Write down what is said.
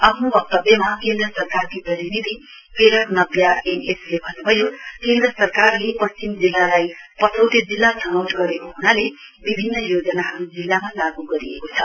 आफ्नो वक्तव्यमा केन्द्र सरकारकी प्रतिनिधि पेरक नब्या एम एसले भन्न्भयो केन्द्र सरकारले पश्चिम जिल्लालाई पछौटे जिल्ला छनौट गरेको हनाले विभिन्न योजनाहरु जिल्लामा लागू गरिएको छ